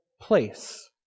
place